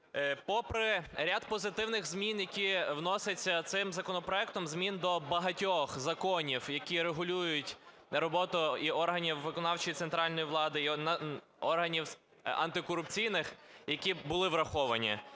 попри ряд позитивних змін, які вносяться цим законопроектом, змін до багатьох законів, які регулюють роботу і органів виконавчої центральної влади, і органів антикорупційних, які були враховані.